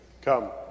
Come